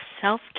self